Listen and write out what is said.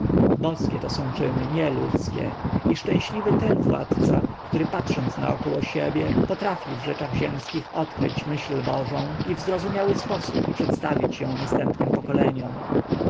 boskie to są czyny nie ludzkie i szczęśliwy ten władca który patrząc naokoło siebie potrafi w rzeczach ziemskich odkryć myśl bożą i w zrozumiały sposób przedstawić ją następnym pokoleniom